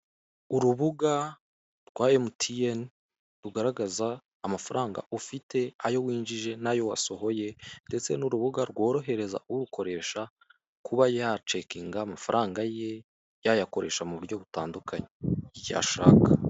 Urubuga rwa emutiyene rugaragaza amafaranga ufite ayo winjije n'ayo wasohoye, ndetse n'urubuga rworohereza ukoresha kuba yacekinga amafaranga ye, yayakoresha mu buryo butandukanye igihe ashaka.